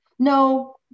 No